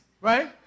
right